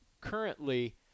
currently